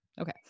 Okay